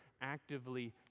actively